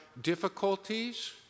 difficulties